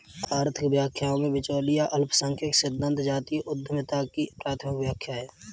आर्थिक व्याख्याओं में, बिचौलिया अल्पसंख्यक सिद्धांत जातीय उद्यमिता की प्राथमिक व्याख्या है